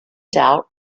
doubt